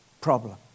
problem